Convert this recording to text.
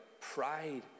pride